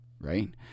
right